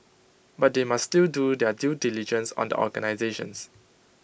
but they must still do their due diligence on the organisations